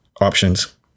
options